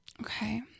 Okay